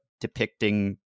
depicting